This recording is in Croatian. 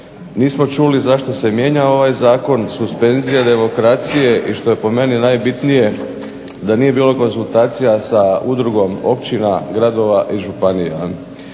nismo čuli zašto se mijenja ovaj zakon, suspenzija demokracije i što je po meni najbitnije da nije bilo konzultacija sa udrugom općina, gradova i županija.